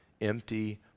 Empty